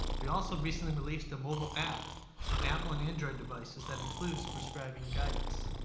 we also recently released a mobile app for apple and android devices that includes prescribing guidance.